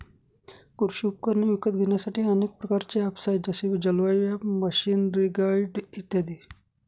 कृषी उपकरणे विकत घेण्यासाठी अनेक प्रकारचे ऍप्स आहेत जसे जलवायु ॲप, मशीनरीगाईड इत्यादी